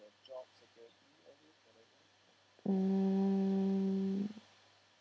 mm